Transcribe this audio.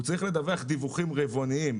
הוא צריך לדווח דיווחים רבעוניים